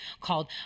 called